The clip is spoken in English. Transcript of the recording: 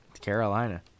Carolina